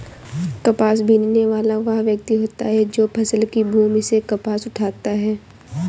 कपास बीनने वाला वह व्यक्ति होता है जो फसल की भूमि से कपास उठाता है